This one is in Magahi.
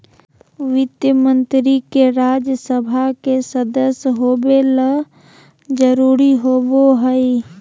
वित्त मंत्री के राज्य सभा के सदस्य होबे ल जरूरी होबो हइ